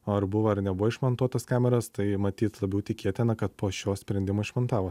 o ar buvo ar nebuvo išmontuotos kameros tai matyt labiau tikėtina kad po šio sprendimo išmontavo